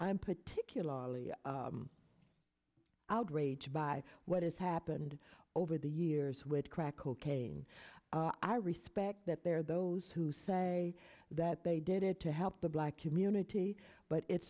i'm particularly outraged by what has happened over the years with crack cocaine i respect that there are those who say that they did it to help the black community but it